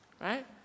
right